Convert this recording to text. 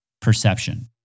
perception